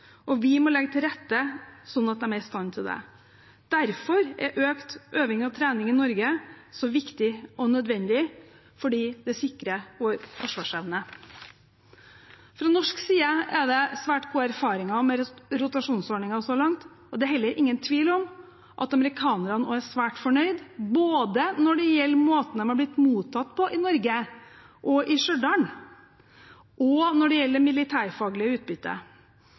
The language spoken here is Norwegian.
og vi må legge til rette slik at de er i stand til det. Derfor er økt øving og trening i Norge så viktig og nødvendig – det sikrer vår forsvarsevne. Fra norsk side har vi svært gode erfaringer med rotasjonsordningen så langt, og det er heller ingen tvil om at også amerikanerne er svært fornøyd, både med måten de er blitt mottatt på i Norge og Stjørdal, og med det militærfaglige